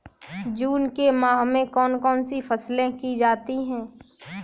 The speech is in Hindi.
जून के माह में कौन कौन सी फसलें की जाती हैं?